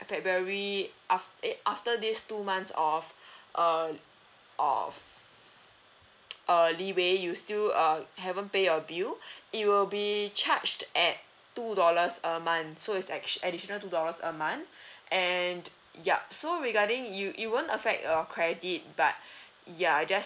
february af~ eh after this two months of uh of uh leeway you still uh haven't pay your bill it will be charged at two dollars a month so it's action additional two dollars a month and yup so regarding you it won't affect your credit but ya just